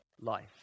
life